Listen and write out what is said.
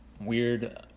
weird